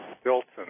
Stilton